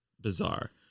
bizarre